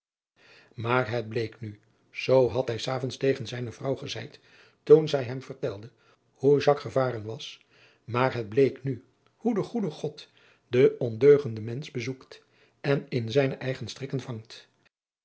aar het bleek nu zoo had hij s avonds tegen zijne vrouw gezeid toen zij hem vertelde hoe gevaren was maar het bleek nu hoe de goede od den ondeugenden mensch bezoekt en in zijne eigen strikken vangt